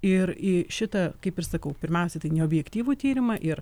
ir į šitą kaip ir sakau pirmiausia tai neobjektyvų tyrimą ir